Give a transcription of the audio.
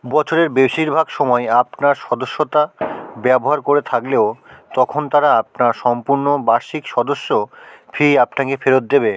বছরের বেশিরভাগ সমায় আপনার সদস্যতা ব্যবহার করে থাকলেও তখন তারা আপনার সম্পূর্ণ বার্ষিক সদস্য ফি আপনাকে ফেরত দেবে